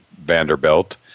Vanderbilt